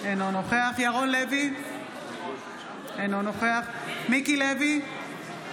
אינו נוכח ירון לוי, אינו נוכח מיקי לוי,